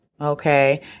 okay